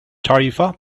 tarifa